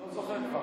אני לא זוכר כבר,